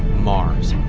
mars.